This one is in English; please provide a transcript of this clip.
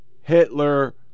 Hitler